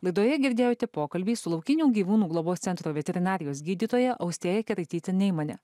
laidoje girdėjote pokalbį su laukinių gyvūnų globos centro veterinarijos gydytoja austėja keraityte neimane